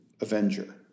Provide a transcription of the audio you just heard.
Avenger